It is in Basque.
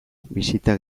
bisita